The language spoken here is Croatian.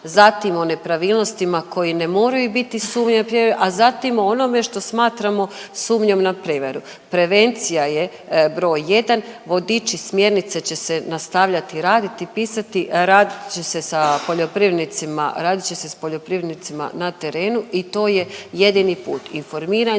zatim o nepravilnostima koje ne moraju biti …, a zatim o onom što smatramo sumnjom na prijevaru. Prevencija je broj jedan, vodiči i smjernice će se nastavljati raditi, pisati, radit će se poljoprivrednicima, radit će se s poljoprivrednicima